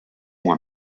moi